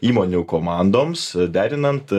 įmonių komandoms derinant